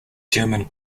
german